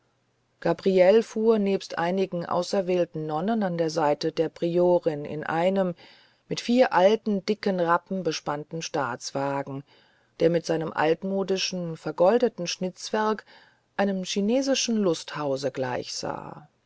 gabriele fuhr nebst einigen auserwählten nonnen an der seite der priorin in einem mit vier alten dicken rappen bespannten staatswagen der mit seinem altmodischen vergoldeten schnitzwerk einem chinesischen lusthause gleichsah